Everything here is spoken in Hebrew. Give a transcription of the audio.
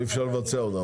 אי אפשר לבצע אותן,